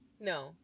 No